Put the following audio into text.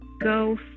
go